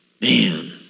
Man